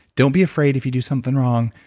don't be afraid if you do something wrong,